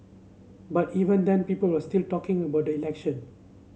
but even then people were still talking about the election